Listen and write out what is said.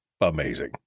amazing